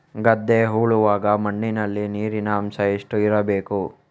ಗದ್ದೆ ಉಳುವಾಗ ಮಣ್ಣಿನಲ್ಲಿ ನೀರಿನ ಅಂಶ ಎಷ್ಟು ಇರಬೇಕು?